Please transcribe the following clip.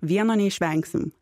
vieno neišvengsim